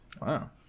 Wow